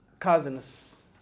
cousins